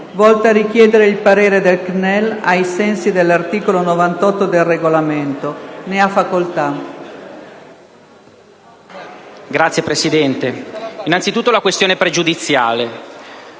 volta a richiedere il parere del CNEL, ai sensi dell'articolo 98 del Regolamento. Ne ha facoltà.